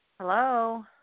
Hello